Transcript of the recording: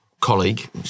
colleague